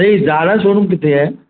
त हे Zara showroom किते आहे